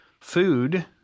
food